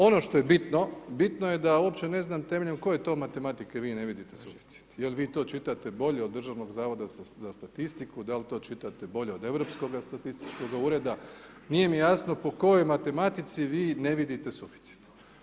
Ono što je bitno, bitno je da uopće ne znam temeljem koje to matematike vi ne vidite suficit, jel vi to čitate bolje od Državnog zavoda za statistiku, da li to čitate bolje od Europskoga statističkog ureda, nije mi jasno po kojoj matematici vi ne vidite suficit.